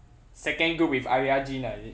second group with arya jean ah is it